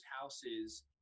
houses